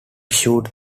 shoot